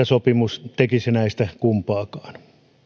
sopimus tekisi näistä kumpaakaan